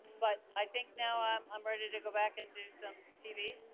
but i think now i'm i'm ready to go back and do some tv.